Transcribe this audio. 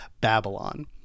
Babylon